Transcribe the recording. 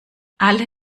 alle